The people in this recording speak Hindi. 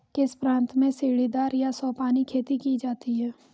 किस प्रांत में सीढ़ीदार या सोपानी खेती की जाती है?